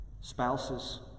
spouses